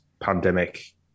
pandemic